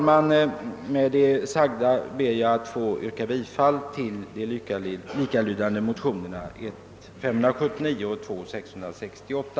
Med det sagda ber jag att få yrka bifall till de likalydande motionerna 1: 579 och II: 668.